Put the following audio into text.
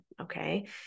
okay